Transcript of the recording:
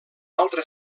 altre